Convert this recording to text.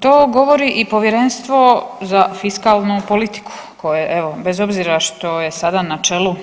To govori o Povjerenstvo za fiskalnu politiku, koje, evo, bez obzira što je sada na čelu,